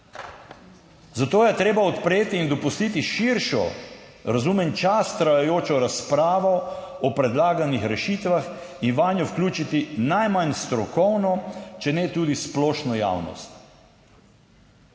Zato je treba odpreti in dopustiti širšo, razumem čas trajajočo razpravo o predlaganih rešitvah in vanjo vključiti najmanj strokovno, če ne tudi splošno javnost.